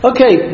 Okay